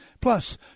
Plus